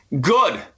Good